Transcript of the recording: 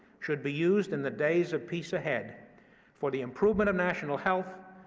should be used in the days of peace ahead for the improvement of national health,